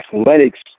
athletics